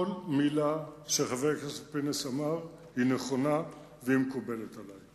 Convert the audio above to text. כל מלה שאמר חבר הכנסת פינס נכונה ומקובלת עלי.